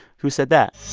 who said that?